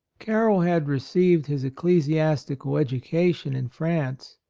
carroll had received his ec clesiastical education in france,